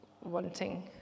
wanting